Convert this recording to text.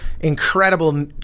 incredible